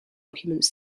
documents